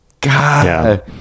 God